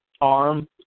arm